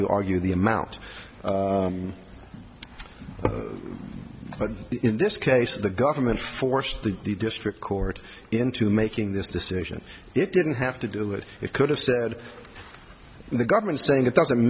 to argue the amount but in this case the government forced the district court into making this decision it didn't have to do it it could have said the government saying it doesn't